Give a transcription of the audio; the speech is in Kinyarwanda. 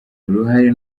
uruhare